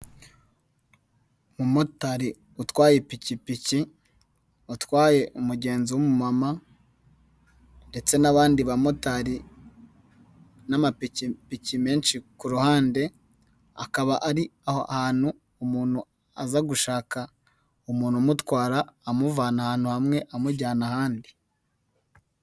Umumotari utwaye ipikipiki, utwaye umugenzi w'umumama ndetse n'abandi bamotari, n'amapikipiki menshi ku ruhande, akaba ari ahantu umuntu aza gushaka umuntu umutwara, amuvana ahantu hamwe amujyana ahandi.